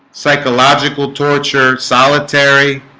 psychological torture solitary